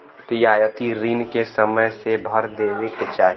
रियायती रिन के समय से भर देवे के चाही